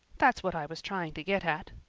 that's what i was trying to get at.